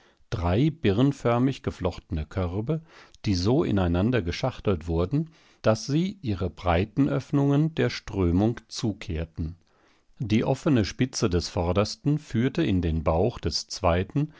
drei birnförmig geflochtene körbe die so ineinander geschachtelt wurden daß sie ihre breiten öffnungen der strömung zukehrten die offene spitze des vordersten führte in den bauch des zweiten